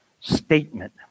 statement